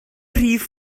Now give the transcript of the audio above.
rhif